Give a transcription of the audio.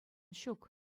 ҫук